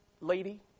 lady